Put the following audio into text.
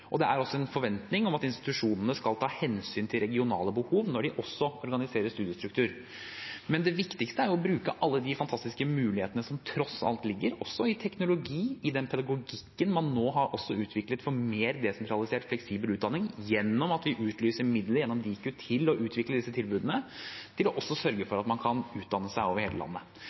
det er også en forventning om at institusjonene skal ta hensyn til regionale behov når de organiserer studiestruktur. Men det viktigste er å bruke alle de fantastiske mulighetene som tross alt ligger i teknologi og i den pedagogikken man nå har utviklet for mer desentralisert fleksibel utdanning, gjennom at vi utlyser midler gjennom Diku til å utvikle disse tilbudene til også å sørge for at man kan utdanne seg over hele landet.